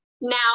now